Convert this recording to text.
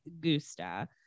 gusta